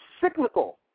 cyclical